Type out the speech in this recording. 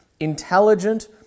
intelligent